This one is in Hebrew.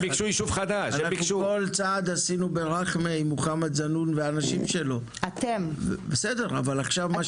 אנחנו, אנשי הנגב, מסתובבים בשטח ומכירים אותו.